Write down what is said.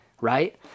right